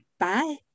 Bye